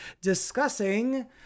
discussing